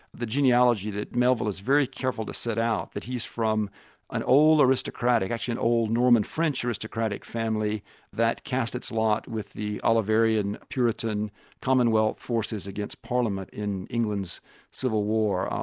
the genealogy that melville is very careful to set out, that he's from an old aristocratic, actually an old norman french aristocratic family that cast its lot with the oliverian puritan commonwealth forces against parliament in england's civil war.